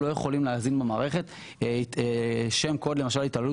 לא יכולים להזין במערכת שם קוד כמו "התעללות